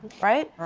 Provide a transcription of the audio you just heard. right?